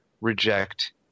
reject